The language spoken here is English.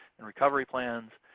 and recovery plans,